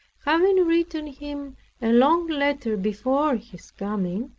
having written him a long letter before his coming,